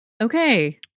Okay